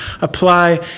apply